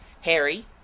Harry